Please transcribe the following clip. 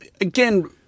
again